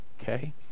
okay